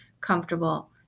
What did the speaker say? comfortable